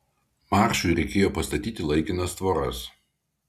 maršui reikėjo pastatyti laikinas tvoras